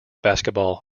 basketball